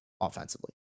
offensively